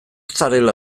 zarela